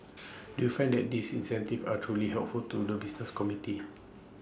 do you find that these incentives are truly helpful to the business community